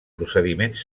procediments